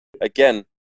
again